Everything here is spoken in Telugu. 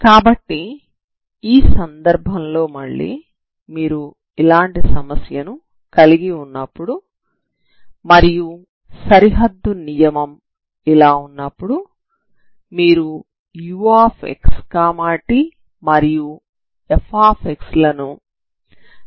కాబట్టి ఈ సందర్భంలో మళ్లీ మీరు ఇలాంటి సమస్యను కలిగి ఉన్నప్పుడు మరియు సరిహద్దు నియమం ఇలా ఉన్నప్పుడు మీరు uxt మరియు f లను సరి ఫంక్షన్ లుగా విస్తరిస్తారు